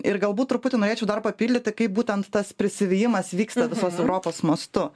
ir galbūt truputį norėčiau dar papildyti kaip būtent tas prisidėjimas vyksta visos europos mastu